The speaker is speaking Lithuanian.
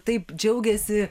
taip džiaugiasi